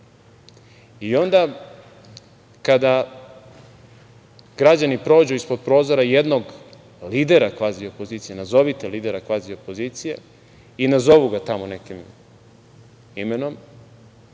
Onda kada građani prođu ispod prozora jednog lidera kvazi opozicije, nazovite lidera kvazi opozicije, i nazovu ga tamo nekim imenom,